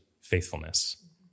faithfulness